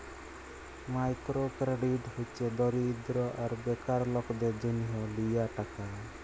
micro credit হছে দরিদ্য আর বেকার লকদের জ্যনহ লিয়া টাকা